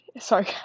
Sorry